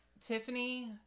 Tiffany